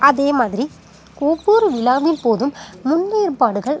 அதே மாதிரி ஒவ்வொரு விழாவின் போதும் முன்னேற்பாடுகள்